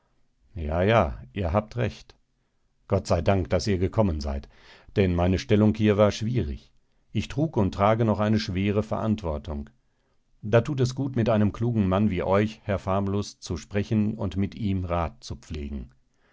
ja ja ihr habt recht gott sei dank daß ihr gekommen seid denn meine stellung hier war schwierig ich trug und trage noch eine schwere verantwortung da tut es gut mit einem klugen mann wie euch herr famulus zu sprechen und mit ihm rat zu pflegen